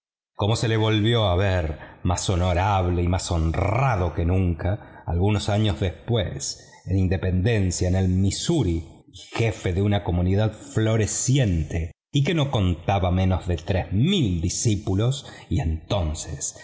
cómo se le volvió a ver más honorable y más honrado que nunca algunos años después en independencia en el missouri y jefe de una comunidad floreciente y que no contaba menos de tres mil discípulos y entonces